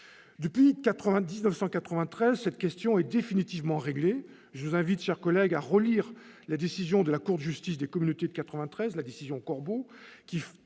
Depuis 1993, la question est définitivement réglée. Je vous invite, mes chers collègues, à relire la décision de la Cour de justice des communautés européennes de 1993, l'arrêt Corbeau,